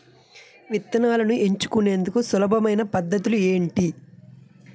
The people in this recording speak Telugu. విత్తనాలను ఎంచుకునేందుకు సులభమైన పద్ధతులు ఏంటి?